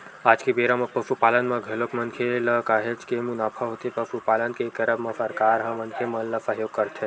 आज के बेरा म पसुपालन म घलोक मनखे ल काहेच के मुनाफा होथे पसुपालन के करब म सरकार ह मनखे मन ल सहयोग करथे